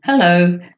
Hello